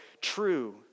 true